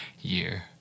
year